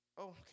Okay